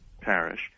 parish